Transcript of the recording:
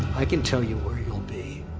i can tell you where you'll be.